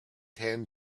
tan